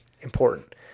important